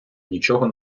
нічого